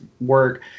work